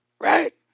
Right